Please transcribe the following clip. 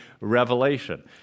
Revelation